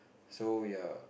so ya